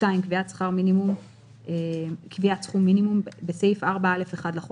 קביעת סכום מינימום 2 בסעיף 4(א1) לחוק,